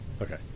Okay